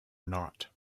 not